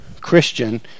Christian